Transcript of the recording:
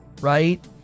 right